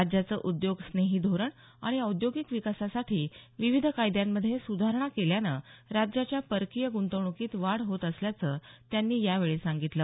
राज्याचं उद्योगस्नेही धोरण आणि औद्योगिक विकासासाठी विविध कायद्यात सुधारणा केल्यानं राज्याच्या परकीय गुंतवणुकीत वाढ होत असल्याचं त्यांनी यावेळी सांगितलं